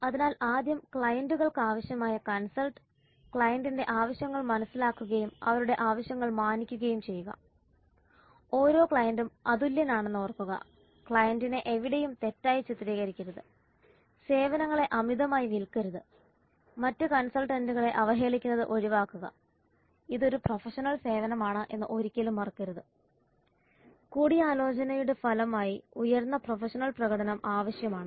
അതിനാൽ ആദ്യം ക്ലയന്റുകൾക്ക് ആവശ്യമായ കൺസൾട്ട് ക്ലയന്റിന്റെ ആവശ്യങ്ങൾ മനസ്സിലാക്കുകയും അവരുടെ ആവശ്യങ്ങൾ മാനിക്കുകയും ചെയ്യുക ഓരോ ക്ലയന്റും അതുല്യനാണെന്ന് ഓർക്കുക ക്ലയന്റിനെ എവിടെയും തെറ്റായി ചിത്രീകരിക്കരുത് സേവനങ്ങളെ അമിതമായി വിൽക്കരുത് മറ്റ് കൺസൾട്ടന്റുകളെ അവഹേളിക്കുന്നത് ഒഴിവാക്കുക ഇത് ഒരു പ്രൊഫഷണൽ സേവനമാണ് എന്ന് ഒരിക്കലും മറക്കരുത് കൂടിയാലോചനയുടെ ഭാഗമായി ഉയർന്ന പ്രൊഫഷണൽ പ്രകടനം ആവശ്യമാണ്